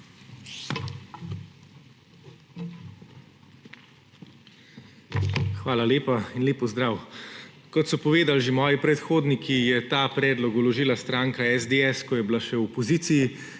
Hvala lepa in lep pozdrav! Kot so povedal že moji predhodniki, je ta predlog vložila stranka SDS, ko je bila še v opoziciji,